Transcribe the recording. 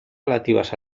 relativas